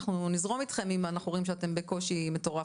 אנחנו נזרום אתכם אם נראה שאתם בקושי מטורף,